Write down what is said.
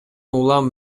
улам